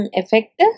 effect